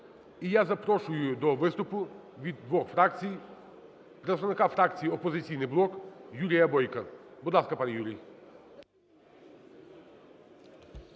І я запрошую до виступу від двох фракцій представника фракції "Опозиційний блок" Юрія Бойка. Будь ласка, пане Юрій.